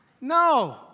No